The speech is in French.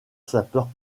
sapeurs